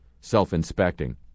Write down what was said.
self-inspecting